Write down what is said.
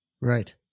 Right